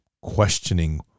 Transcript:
questioning